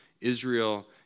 Israel